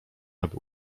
aby